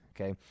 Okay